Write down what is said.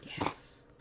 Yes